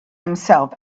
himself